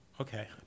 Okay